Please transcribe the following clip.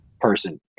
person